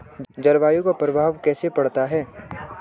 जलवायु का प्रभाव कैसे पड़ता है?